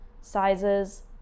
sizes